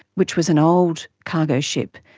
which was an old cargo ship,